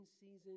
season